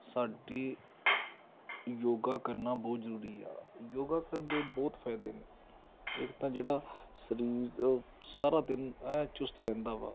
ਸਾਡੀ ਯੋਗਾ ਕਰਨਾ ਬਹੁਤ ਜ਼ਰੂਰੀ ਆ ਯੋਗਾ ਕਰਨ ਦੇ ਬਹੁਤ ਫ਼ਾਇਦੇ ਨੇ ਇੱਕ ਤਾਂ ਜਿਹੜਾ ਸਰੀਰ ਸਾਰਾ ਦਿਨ ਐਨ ਚੁਸਤ ਰਹਿੰਦਾ ਵਾ